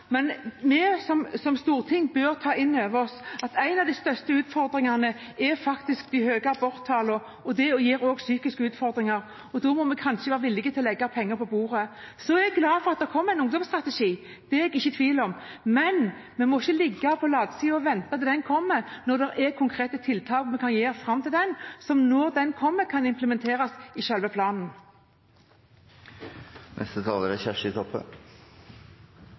Men vi som storting bør ta inn over oss at én av de største utfordringene faktisk er de høye aborttallene, som også gir psykiske utfordringer. Da må vi kanskje være villige til å legge penger på bordet. Så er jeg glad for at det kommer en ungdomshelsestrategi – det er jeg ikke i tvil om – men vi må ikke ligge på latsiden og vente til den kommer når det er konkrete tiltak vi kan gjøre fram til den kommer, som, når den kommer, kan implementeres i selve planen.